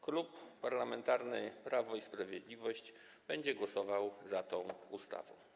Klub Parlamentarny Prawo i Sprawiedliwość będzie głosował za tą ustawą.